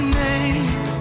name